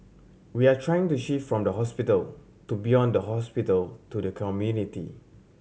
we are trying to shift from the hospital to beyond the hospital to the community